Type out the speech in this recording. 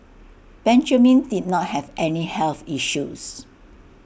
Benjamin did not have any health issues